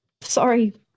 sorry